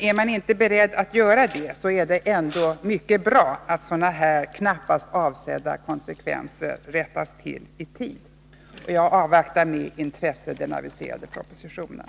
Är man inte beredd till en sådan lösning, är det ändå mycket bra att sådana här knappast avsedda konsekvenser rättas till i tid. Jag avvaktar med intresse den aviserade propositionen.